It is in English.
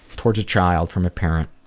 towards a child from a parent,